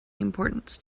importance